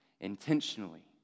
intentionally